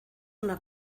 una